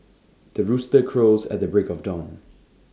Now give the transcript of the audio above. the rooster crows at the break of dawn